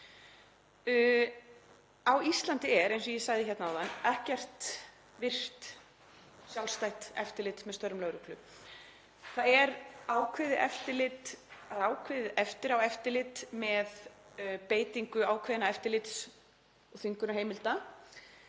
Á Íslandi er, eins og ég sagði hérna áðan, ekkert virkt sjálfstætt eftirlit með störfum lögreglu. Það er ákveðið eftiráeftirlit með beitingu ákveðinna eftirlits- og þvingunarheimilda